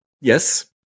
Yes